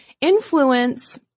influence